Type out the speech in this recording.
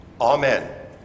Amen